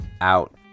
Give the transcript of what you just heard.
out